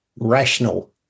rational